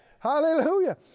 Hallelujah